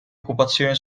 occupazione